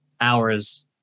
hours